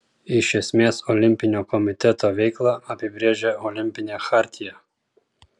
iš esmės olimpinio komiteto veiklą apibrėžia olimpinė chartija